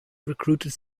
recruited